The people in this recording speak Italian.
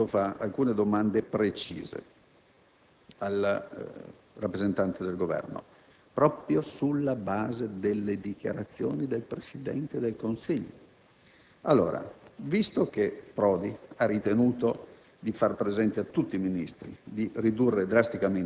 Premesso quanto detto, l'interpellante rivolge alcune domande precise al rappresentante del Governo, proprio sulla base delle dichiarazioni del Presidente del Consiglio.